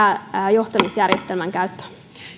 johtamisjärjestelmän käyttöön